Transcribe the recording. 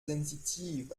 sensitiv